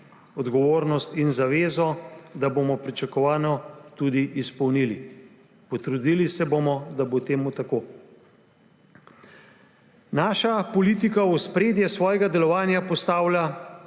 odgovornosti in zaveze, da bomo pričakovano tudi izpolnili, potrudili se bomo, da bo to tako. Naša politika v ospredje svojega delovanja postavlja